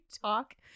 talk